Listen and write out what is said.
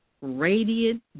radiant